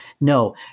No